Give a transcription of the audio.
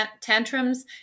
tantrums